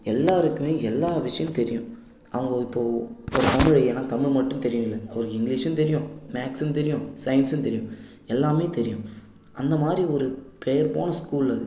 எல்லோருக்குமே எல்லா விஷயமும் தெரியும் அவங்க இப்போது ஒரு தமிழ் ஐயானா தமிழ் மட்டும் தெரியும் இல்லை அவருக்கு இங்கிலீஷும் தெரியும் மேக்ஸும் தெரியும் சயின்ஸும் தெரியும் எல்லாம் தெரியும் அந்த மாதிரி ஒரு பெயர் போன ஸ்கூல் அது